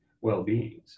well-being